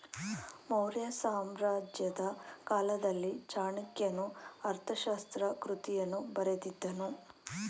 ಮೌರ್ಯ ಸಾಮ್ರಾಜ್ಯದ ಕಾಲದಲ್ಲಿ ಚಾಣಕ್ಯನು ಅರ್ಥಶಾಸ್ತ್ರ ಕೃತಿಯನ್ನು ಬರೆದಿದ್ದನು